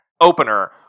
opener